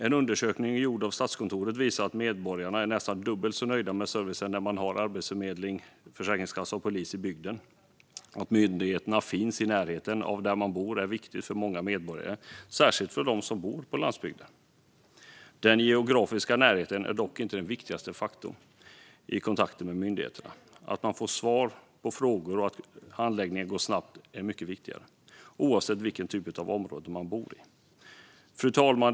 En undersökning gjord av Statskontoret visar att medborgarna är nästan dubbelt så nöjda med servicen när de har Arbetsförmedlingen, Försäkringskassan och polisen i bygden. Att myndigheterna finns i närheten där man bor är viktigt för många medborgare, särskilt för dem som bor på landsbygden. Den geografiska närheten är dock inte den viktigaste faktorn i kontakten med myndigheterna, utan det är mycket viktigare att man får svar på frågor och att handläggningen går snabbt, oavsett vilken typ av område man bor i. Fru talman!